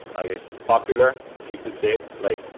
i guess, popular, you could say, like,